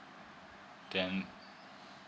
then